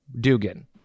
Dugan